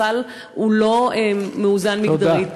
הסל הוא לא מאוזן מגדרית.